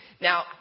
Now